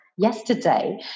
Yesterday